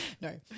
No